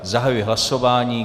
Zahajuji hlasování.